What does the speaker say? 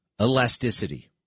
elasticity